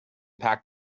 packed